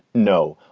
no,